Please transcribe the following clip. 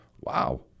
Wow